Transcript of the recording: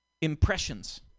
impressions